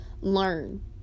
learn